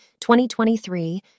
2023